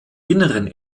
inneren